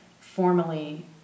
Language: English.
formally